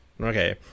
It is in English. Okay